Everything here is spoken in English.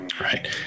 right